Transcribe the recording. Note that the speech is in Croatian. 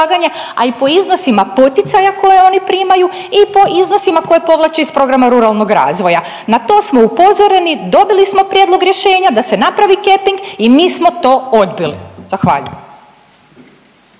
a i po iznosima poticaja koji oni primaju i po iznosima koje povlači iz programa ruralnog razvoja. Na to smo upozoreni, dobili smo prijedlog rješenja, da se napravi capping i mi smo to odbili. Zahvaljujem.